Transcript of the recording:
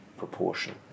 proportion